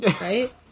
right